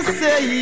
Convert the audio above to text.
say